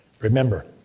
remember